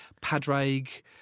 Padraig